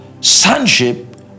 sonship